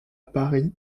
paris